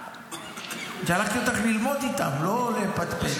פנינה, שלחתי אותך ללמוד איתם, לא לפטפט.